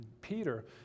Peter